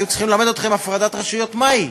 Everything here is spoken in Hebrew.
היו צריכים ללמד אתכם הפרדת רשויות מהי.